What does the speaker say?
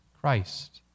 Christ